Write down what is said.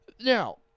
now